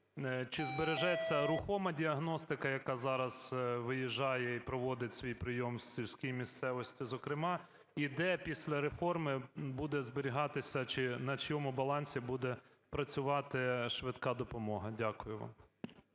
Чи збережеться рухома діагностика, яка зараз виїжджає і проводить свій прийом в сільській місцевості, зокрема, і де після реформи буде зберігатися, чи на чийому балансі буде працювати швидка допомога? Дякую вам.